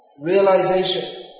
realization